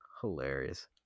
hilarious